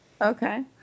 Okay